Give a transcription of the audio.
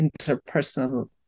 interpersonal